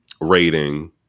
rating